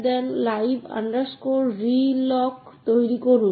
অন্যদিকে হার্ডওয়্যারে কোনও ত্রুটি বা সমস্যা বা দুর্বলতা খুঁজে পাওয়া অনেক বেশি কঠিন